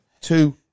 two